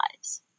lives